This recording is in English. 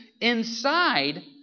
inside